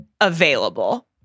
available